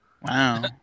Wow